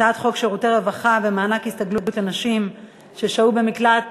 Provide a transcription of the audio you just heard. הצעת חוק שירותי רווחה (מענק הסתגלות לנשים ששהו במקלט